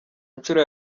nshuro